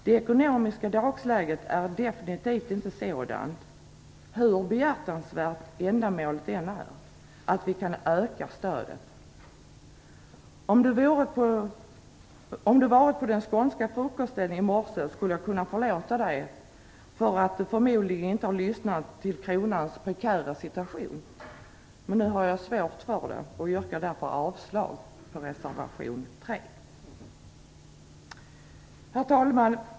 Hur behjärtansvärt ändamålet än är, så är det ekonomiska dagsläget definitivt inte sådant att vi kan öka stödet. Om Erling Bager hade varit med vid den skånska frukosten i morse, så hade jag kunnat förlåta honom för att han förmodligen inte hade lyssnat till kronans prekära situation. Men nu har jag svårt att göra det. Jag yrkar därför avslag på reservation 3. Herr talman!